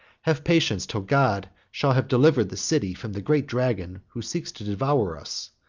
have patience till god shall have delivered the city from the great dragon who seeks to devour us.